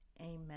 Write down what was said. amen